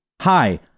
Hi